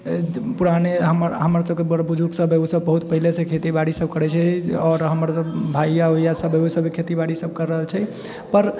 पुराने हमर हमर सबके बड़ बुजुर्ग सब बहुत पहिलेसँ खेतीबाड़ी सब करै छै आओर हमर भैया वैया सब उ सब खेतीबाड़ी सब कर रहल छै पर